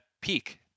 peak